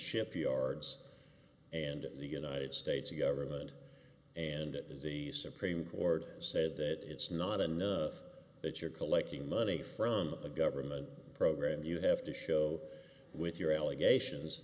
shipyards and the united states government and it is the supreme court said that it's not in the that you're collecting money from a government program you have to show with your allegations